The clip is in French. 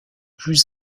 plus